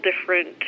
different